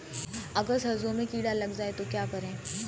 अगर सरसों में कीड़ा लग जाए तो क्या करें?